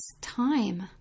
time